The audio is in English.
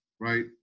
right